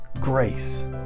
grace